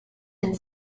and